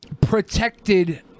protected